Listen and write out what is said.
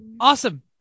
awesome